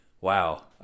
wow